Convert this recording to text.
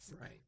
Right